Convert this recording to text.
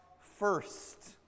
first